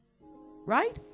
Right